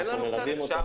אנחנו מלווים אותם,